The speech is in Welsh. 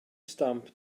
stamp